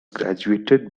graduated